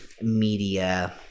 media